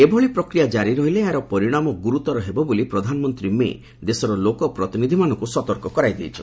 ଏଭଳି ପ୍ରକିୟା ଜାରି ରହିଲେ ଏହାର ପରିଶାମ ଗୁରୁତର ହେବ ବୋଲି ପ୍ରଧାନମନ୍ତ୍ରୀ ମେ' ଦେଶର ଲୋକ ପ୍ରତିନିଧିମାନଙ୍କୁ ସତର୍କ କରାଇ ଦେଇଛନ୍ତି